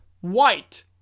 white